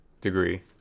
degree